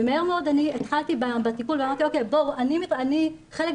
ומהר מאוד התחלתי בטיפול וחלק גדול